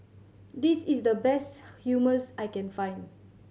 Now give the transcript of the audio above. this is the best Hummus I can find